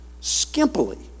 skimpily